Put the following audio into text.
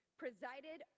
presided